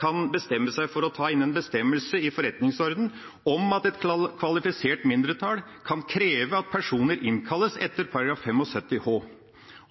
kan bestemme seg for å ta inn en bestemmelse i FO om at et kvalifisert mindretall kan kreve at personer innkalles etter § 75 h».